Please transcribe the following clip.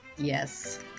Yes